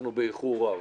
אנחנו באיחור רב.